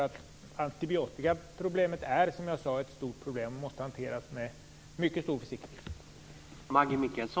Antibiotikaproblemet är, som jag sade, ett stort problem och måste hanteras med mycket stor försiktighet.